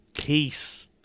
Peace